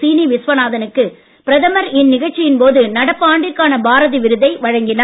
சீனி விஸ்வநாத னுக்கு பிரதமர் இந்நிகழ்ச்சியின் போது நடப்பு ஆண்டிற்கான பாரதி விருதை வழங்கினார்